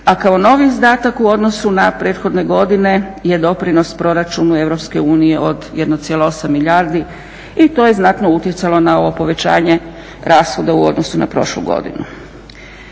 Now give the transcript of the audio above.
a kao novi izdatak u odnosu na prethodne godine je doprinos Proračunu EU od 1,8 milijardi. I to je znatno utjecalo na ovo povećanje rashoda u odnosu na prošlu godinu.